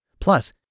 Plus